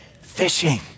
Fishing